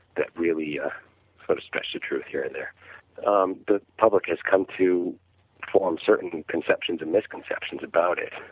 that really yeah sort of stretch the truth here and there um the public has come to form certain conceptions and misconceptions about it.